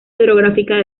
hidrográfica